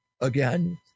again